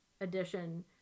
edition